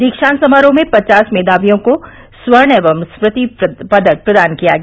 दीक्षांत समारोह में पचास मेघावियों को सर्ण एवं स्मृति पदक प्रदान किया गया